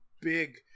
big